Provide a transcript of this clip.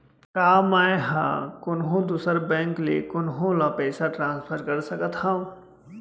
का मै हा कोनहो दुसर बैंक ले कोनहो ला पईसा ट्रांसफर कर सकत हव?